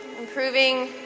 Improving